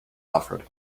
offered